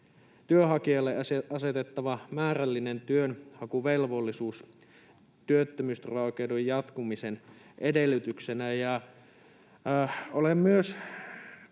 työnhakijalle asetettava määrällinen työnhakuvelvollisuus työttömyysturvaoikeuden jatkumisen edellytyksenä. Olen myös